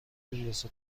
ریاست